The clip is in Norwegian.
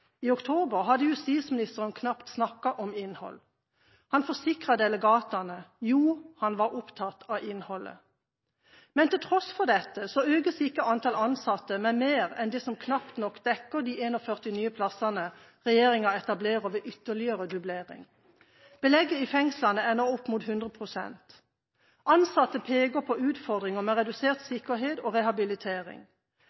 i oktober hadde justisministeren knapt snakket om innhold. Han forsikret delegatene om at han var opptatt av innholdet. Men til tross for dette økes ikke antallet ansatte med mer enn det som knapt nok dekker de 41 nye plassene regjeringa etablerer ved ytterligere dublering. Belegget i fengslene er nå opp mot 100 pst. Ansatte peker på utfordringer med redusert